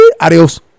Adios